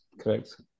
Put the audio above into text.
Correct